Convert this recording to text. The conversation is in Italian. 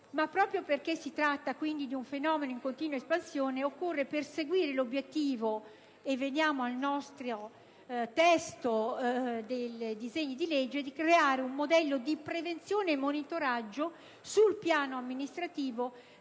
Proprio perché si tratta di un fenomeno in continua espansione occorre perseguire l'obiettivo - e così veniamo al testo dei disegni di legge in esame - di creare un modello di prevenzione e monitoraggio sul piano amministrativo,